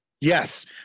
Yes